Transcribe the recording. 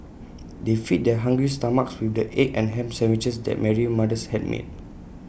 they fed their hungry stomachs with the egg and Ham Sandwiches that Mary's mothers had made